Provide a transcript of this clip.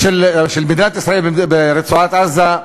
של מדינת ישראל ברצועת-עזה,